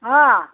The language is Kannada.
ಹಾಂ